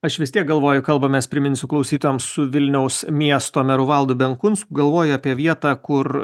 aš vis tiek galvoju kalbamės priminsiu klausytojams su vilniaus miesto meru valdu benkunsku galvoju apie vietą kur